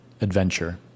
adventure